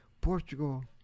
Portugal